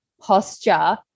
posture